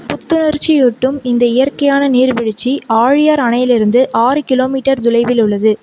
புத்துணர்ச்சியூட்டும் இந்த இயற்கையான நீர்வீழ்ச்சி ஆழியார் அணையிலிருந்து ஆறு கிலோமீட்டர் தொலைவில் உள்ளது